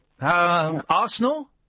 Arsenal